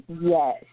Yes